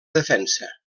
defensa